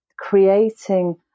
creating